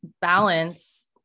balance